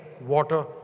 water